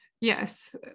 yes